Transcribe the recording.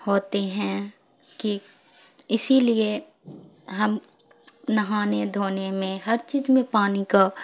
ہوتے ہیں کہ اسی لیے ہم نہانے دھونے میں ہر چیز میں پانی کا